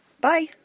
bye